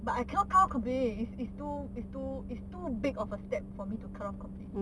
but I cannot cut off completely it's it's too it's too it's too big of a step to cut off completely